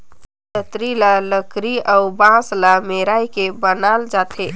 दँतरी ल लकरी अउ बांस ल मेराए के बनाल जाथे